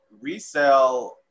resale